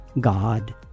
God